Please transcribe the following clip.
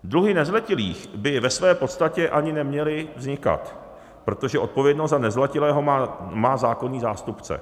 Dluhy nezletilých by ve své podstatě ani neměly vznikat, protože odpovědnost za nezletilého má zákonný zástupce.